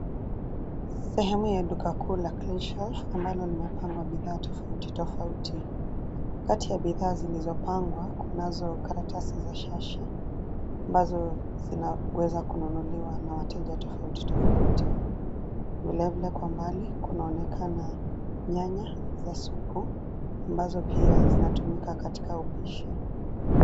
Sehemu ya duka kuu la Cleanshelf ambalo limepangwa bidhaa tofauti tofauti. Kati ya bidhaa zilizopangwa kunazo karatasi ya shashi ambazo zinaweza kununuliwa na wateja tofauti tofauti. Vilevile kwa umbali kunaonekana nyanya za supu ambazo pia zinatumika katika upishi.